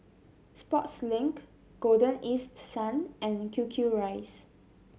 Sportslink Golden East Sun and Q Q Rice